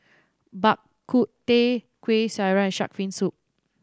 Bak Kut Teh Kuih Syara and shark fin soup